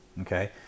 okay